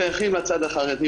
קצת, קצת, שייכים לצד החרדי.